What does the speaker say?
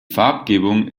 farbgebung